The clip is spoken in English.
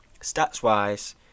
stats-wise